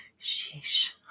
Sheesh